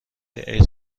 عید